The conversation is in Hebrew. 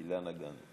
אילנה גאנם.